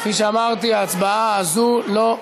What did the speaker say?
כפי שאמרתי, ההצבעה הזאת בוטלה.